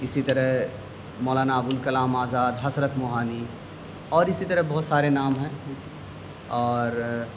اسی طرح مولانا ابو الکلام آزاد حصرت موہانی اور اسی طرح بہت سارے نام ہیں اور